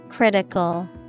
Critical